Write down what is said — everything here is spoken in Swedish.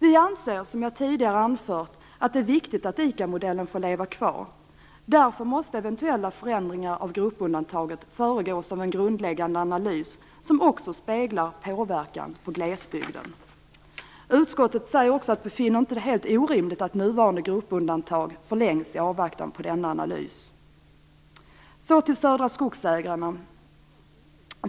Vi anser, som jag tidigare anfört, att det är viktigt att ICA-modellen får leva kvar. Därför måste eventuella förändringar av gruppundantaget föregås av en grundläggande analys som också speglar påverkan på glesbygden. Utskottet säger också att man inte finner det helt orimligt att nuvarande gruppundantag förlängs i avvaktan på denna analys. Så till Södra Skogsägarna.